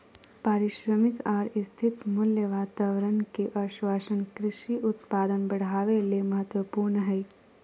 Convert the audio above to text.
पारिश्रमिक आर स्थिर मूल्य वातावरण के आश्वाशन कृषि उत्पादन बढ़ावे ले महत्वपूर्ण हई